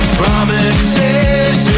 promises